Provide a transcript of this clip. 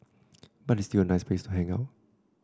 but it's still a nice place to hang out